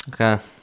Okay